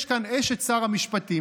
יש כאן אשת שר המשפטים.